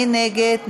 מי נגד?